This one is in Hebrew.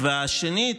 והשני,